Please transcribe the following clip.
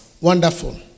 Wonderful